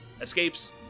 escapes